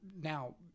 now